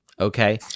Okay